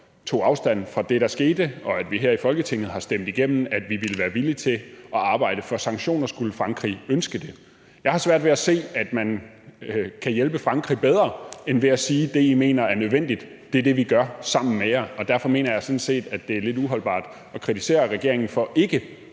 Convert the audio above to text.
tog afstand fra det, der skete – og at vi her i Folketinget har stemt igennem, at vi ville være villige til at arbejde for sanktioner, skulle Frankrig ønske det. Jeg har svært ved at se, at man kan hjælpe Frankrig bedre end ved at sige det, I mener er nødvendigt. Og det er det, vi gør sammen med jer, og derfor mener jeg sådan set, at det er lidt uholdbart at kritisere regeringen for ikke